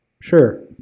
Sure